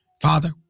Father